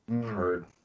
Heard